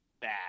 bad